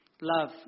Love